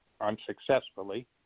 unsuccessfully